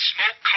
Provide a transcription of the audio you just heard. Smoke